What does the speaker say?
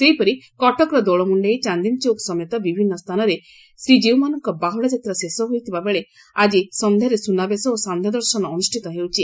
ସେହିପରି କଟକର ଦୋଳମୁଖାଇ ଚାନ୍ଦିନୀଚୌକ ସମେତ ବିଭିନ୍ ସ୍ଚାନରେ ଜୀଉମାନଙ୍କ ବାହୁଡ଼ା ଯାତ୍ରା ଶେଷ ହୋଇଥିବା ବେଳେ ଆକି ସକ୍ଷ୍ୟାରେ ସୁନାବେଶ ଓ ସାକ୍ଷ୍ୟ ଦର୍ଶନ ଅନୁଷ୍ଷିତ ହେଉଛି